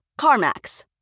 CarMax